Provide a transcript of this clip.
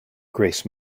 grace